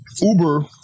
Uber